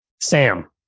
Sam